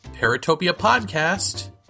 paratopiapodcast